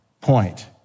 point